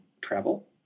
travel